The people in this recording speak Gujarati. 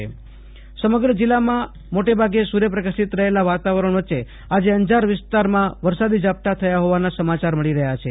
આશુતોષ અંતાણી કચ્છ હવામાન સમગ્ર જિલ્લામાં માટે ભાગે સૂર્યપ્રકાશિત રહેલા વાતાવરણ વચ્ચે આજે અંજાર વિસ્તારમાં વરસાદી ઝાપટાં થયાં હોવાના સમાચાર મળી રહયાં છે